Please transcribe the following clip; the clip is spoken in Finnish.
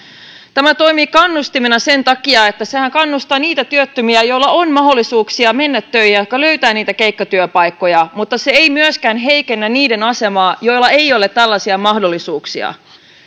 tämä toimii kannustimena sen takia että sehän kannustaa niitä työttömiä joilla on mahdollisuuksia mennä töihin ja jotka löytävät niitä keikkatyöpaikkoja mutta se ei myöskään heikennä niiden asemaa joilla ei ole tällaisia mahdollisuuksia